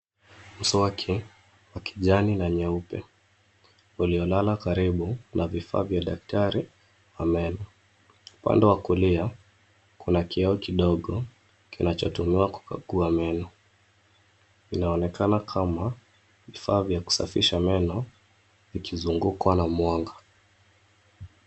Mswaki wa kijani na nyeupe uliolala karibu na vifaa vya daktari wa meno. Upande wa kulia kuna kioo kidogo kinachotumiwa kukagua meno. Inaonekana kama vifaa vya kusafisha meno ikizungukwa na mwanga.